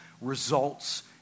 results